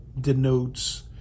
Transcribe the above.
denotes